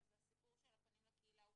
אז הסיפור של הפנים לקהילה הוא